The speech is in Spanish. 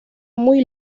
muy